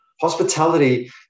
Hospitality